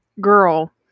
girl